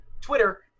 twitter